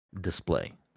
display